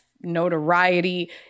notoriety